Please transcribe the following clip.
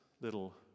little